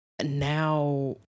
now